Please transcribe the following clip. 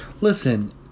listen